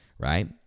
right